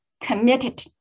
committed